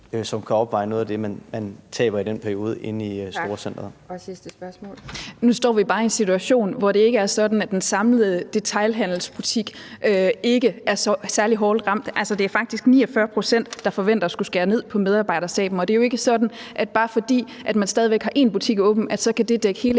Tak. Så er det sidste spørgsmål. Kl. 17:49 Marie Bjerre (V): Nu står vi bare i en situation, hvor det ikke er sådan, at den samlede detailhandelsbutik ikke er særlig hårdt ramt. Det er faktisk 49 pct., der forventer at skulle skære ned på medarbejderstaben, og det er jo ikke sådan, at bare fordi man stadig væk har én butik åben, kan det dække hele